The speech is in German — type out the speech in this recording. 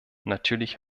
natürlich